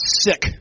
sick